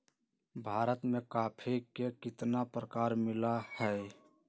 भारत में कॉफी के कितना प्रकार मिला हई?